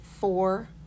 four